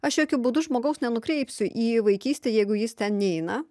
aš jokiu būdu žmogaus nenukreipsiu į vaikystę jeigu jis ten neina